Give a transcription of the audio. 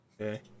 Okay